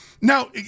now